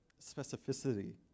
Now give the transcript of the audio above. specificity